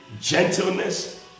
Gentleness